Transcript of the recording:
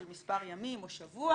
של מספר ימים או שבוע.